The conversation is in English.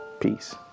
Peace